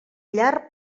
llard